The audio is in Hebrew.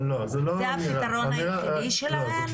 זה הפתרון היחידי שלהם?